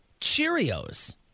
Cheerios